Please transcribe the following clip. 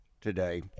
today